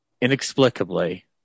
inexplicably